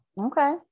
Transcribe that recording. okay